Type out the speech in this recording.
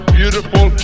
beautiful